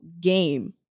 game